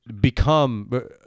become